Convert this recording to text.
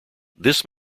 this